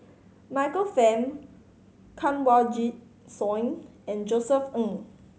Michael Fam Kanwaljit Soin and Josef Ng